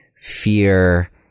fear